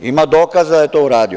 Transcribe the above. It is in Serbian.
Ima dokaza da je to uradio.